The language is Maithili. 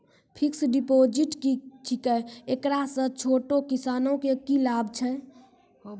फिक्स्ड डिपॉजिट की छिकै, एकरा से छोटो किसानों के की लाभ छै?